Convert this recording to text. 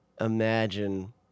imagine